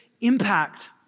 impact